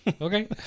Okay